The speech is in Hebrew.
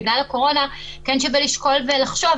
בגלל הקורונה כן שווה לשקול ולחשוב,